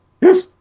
yes